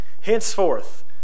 Henceforth